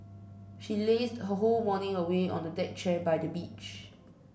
she lazed her whole morning away on a deck chair by the beach